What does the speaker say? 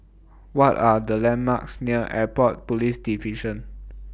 What Are The landmarks near Airport Police Division